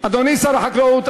אדוני שר החקלאות,